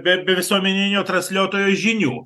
be be visuomeninio transliuotojo žinių